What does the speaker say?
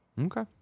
Okay